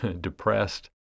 depressed